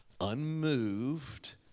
unmoved